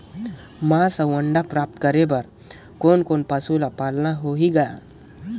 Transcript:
मांस अउ अंडा प्राप्त करे बर कोन कोन पशु ल पालना होही ग?